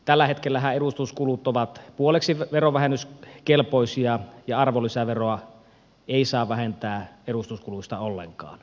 tällä hetkellähän edustuskulut ovat puoleksi verovähennyskelpoisia ja arvonlisäveroa ei saa vähentää edustuskuluista ollenkaan